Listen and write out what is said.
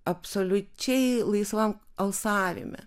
absoliučiai laisvam alsavime